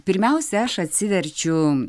pirmiausia aš atsiverčiu